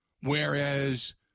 Whereas